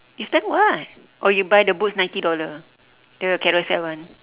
you spend what oh you buy the boots ninety dollar the carousell one